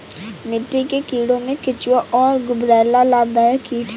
मिट्टी के कीड़ों में केंचुआ और गुबरैला लाभदायक कीट हैं